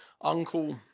Uncle